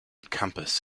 campus